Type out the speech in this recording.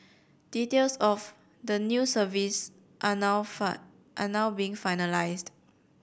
details of the new service are now find are now being finalised